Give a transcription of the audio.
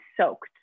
soaked